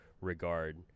regard